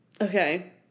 Okay